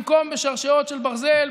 במקום בשרשרות של ברזל,